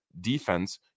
defense